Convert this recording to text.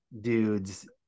dudes